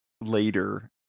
later